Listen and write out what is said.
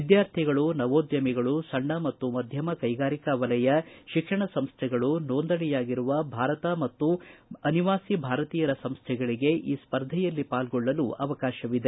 ವಿದ್ಯಾರ್ಥಿಗಳು ನವೋದ್ಯಮಿಗಳು ಸಣ್ಣ ಮತ್ತು ಮಧ್ಣಮ ಕೈಗಾರಿಕಾ ವಲಯ ಶಿಕ್ಷಣ ಸಂಸೈಗಳು ಸೋಂದಣಿಯಾಗಿರುವ ಭಾರತ ಮತ್ತು ಅನಿವಾಸಿ ಭಾರತೀಯರ ಸಂಸೈಗಳಿಗೆ ಈ ಸ್ಪರ್ಧೆಯಲ್ಲಿ ಪಾಲ್ಗೊಳ್ಳಲು ಅವಕಾಶವಿದೆ